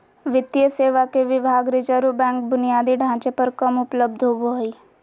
वित्तीय सेवा के विभाग रिज़र्व बैंक बुनियादी ढांचे पर कम उपलब्ध होबो हइ